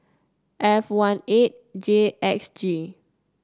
F one eight J X G